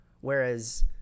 Whereas